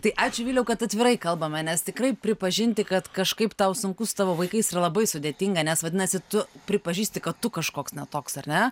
tai ačiū vyliau kad atvirai kalbame nes tikrai pripažinti kad kažkaip tau sunku su tavo vaikais yra labai sudėtinga nes vadinasi tu pripažįsti kad tu kažkoks ne toks ar ne